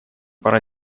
пора